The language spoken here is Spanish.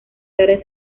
tarde